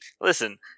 Listen